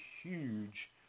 huge